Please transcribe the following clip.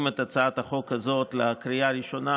כאן את הצעת החוק הזאת לקריאה ראשונה,